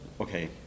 okay